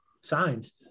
signs